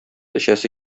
эчәсе